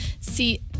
See